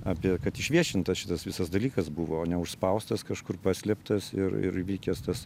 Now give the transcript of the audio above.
apie kad išviešintas šitas visas dalykas buvo užspaustas kažkur paslėptas ir ir vykęs tas